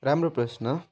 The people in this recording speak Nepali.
राम्रो प्रश्न